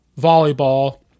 Volleyball